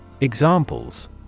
Examples